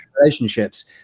relationships